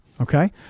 Okay